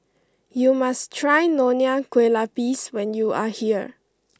you must try Nonya Kueh Lapis when you are here